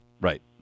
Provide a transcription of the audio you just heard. Right